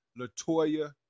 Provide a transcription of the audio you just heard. latoya